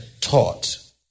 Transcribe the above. taught